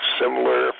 similar